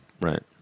Right